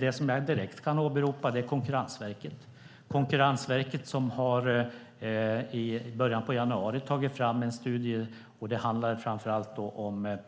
Det som jag direkt kan åberopa är en studie från Konkurrensverket som kom i början av januari. Den handlade framför allt om